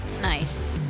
Nice